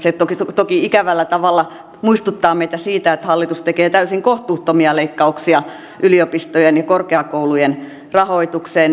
se toki ikävällä tavalla muistuttaa meitä siitä että hallitus tekee täysin kohtuuttomia leikkauksia yliopistojen ja korkeakoulujen rahoitukseen